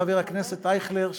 חבר הכנסת אייכלר,